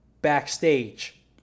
backstage